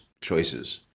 choices